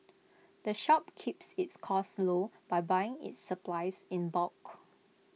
the shop keeps its costs low by buying its supplies in bulk